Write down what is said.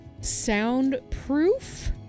soundproof